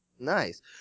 Nice